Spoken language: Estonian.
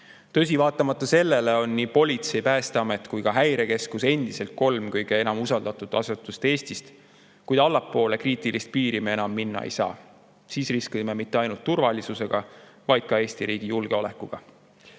Tõsi, vaatamata sellele on nii politsei, Päästeamet kui ka Häirekeskus endiselt kolm kõige enam usaldatud asutust Eestis. Kuid allapoole kriitilist piiri me minna ei saa. Siis riskime mitte ainult turvalisusega, vaid ka Eesti riigi julgeolekuga.